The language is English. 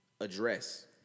address